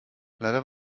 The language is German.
leider